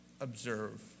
observe